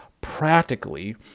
practically